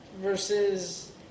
versus